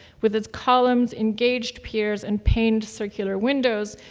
with its columns and gauged piers and paned circular windows,